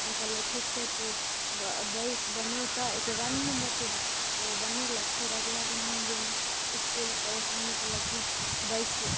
हम कहलियै ठीक छै तू ब बैस बनो तऽ एहिके बाद ने हम बतेबौ तऽ ओ बनेलक फेर अगिगला दिन हम गेलहुँ इस्कुल तऽ ओ सङ्गी कहलक कि बैस